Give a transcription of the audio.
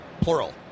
plural